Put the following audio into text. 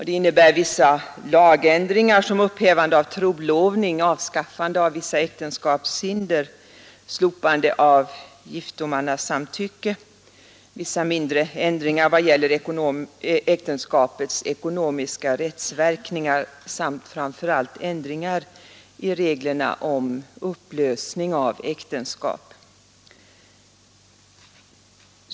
Den innebär vissa lagändringar såsom upphävande av trolovning, avskaffande av vissa äktenskapshinder, slopande av giftomannasamtycke, vissa mindre ändringar av äktenskapets ekonomiska rättsverkningar samt framför allt ändringar i reglerna om upplösning av äktenskap.